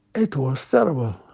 it was terrible.